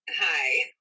Hi